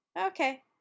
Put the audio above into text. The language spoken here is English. Okay